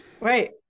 Right